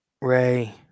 Ray